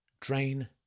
drain